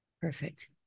Perfect